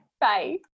Bye